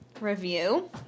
review